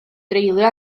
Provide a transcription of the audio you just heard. dreulio